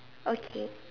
okay